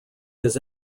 his